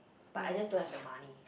but I just don't have the money